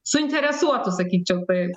suinteresuotų sakyčiau taip